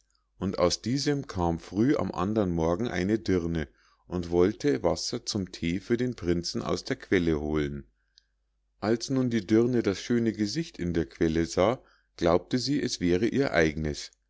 und aus diesem kam früh am andern morgen eine dirne und wollte wasser zum thee für den prinzen aus der quelle holen als nun die dirne das schöne gesicht in der quelle sah glaubte sie es wäre ihr eignes